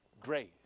grace